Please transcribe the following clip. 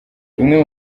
bimwe